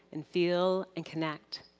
and feel and connect.